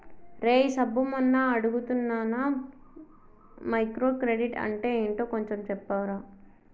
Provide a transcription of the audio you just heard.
రేయ్ సబ్బు మొన్న అడుగుతున్నానా మైక్రో క్రెడిట్ అంటే ఏంటో కొంచెం చెప్పరా